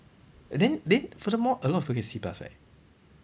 then then furthermore a lot of people get C plus right